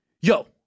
Yo